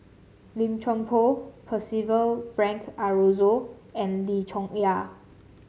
Lim Chuan Poh Percival Frank Aroozoo and Lim Chong Yah